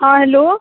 हाँ हेलो